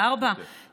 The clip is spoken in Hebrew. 2.4, כן, כן.